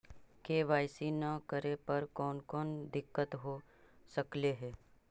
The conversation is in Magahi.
के.वाई.सी न करे पर कौन कौन दिक्कत हो सकले हे?